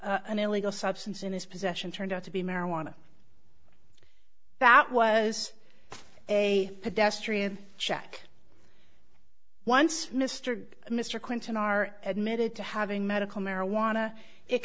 an illegal substance in his possession turned out to be marijuana that was a pedestrian check once mr mr clinton are admitted to having medical marijuana it